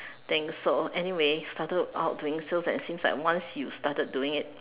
thing so anyway started out doing sales and it seems like once you started doing it